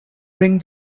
ring